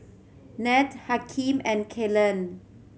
Ned Hakeem and Kalen